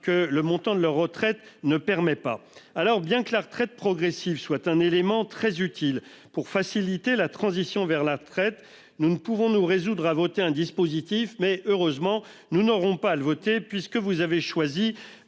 pas le montant de leur retraite. Bien que la retraite progressive soit un élément très utile pour faciliter la transition vers la retraite, nous ne pouvons nous résoudre à voter ce dispositif ... Heureusement, nous n'aurons pas à le voter, puisque vous avez choisi